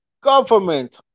government